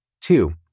Two